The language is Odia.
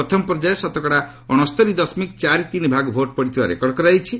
ପ୍ରଥମ ପର୍ଯ୍ୟାୟରେ ଶତକଡ଼ା ଅଣସ୍ତରି ଦଶମିକ ଚାରିତିନି ଭାଗ ଭୋଟ୍ ପଡ଼ିଥିବାର ରେକର୍ଡ଼ କରାଯାଇଛି